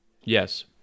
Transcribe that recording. Yes